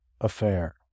affair